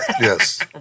Yes